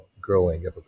growing